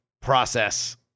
process